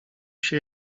się